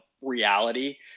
reality